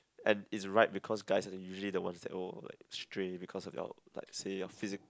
and it's right because guys are usually the ones that oh like stray because of their like say their physique